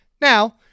Now